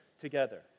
together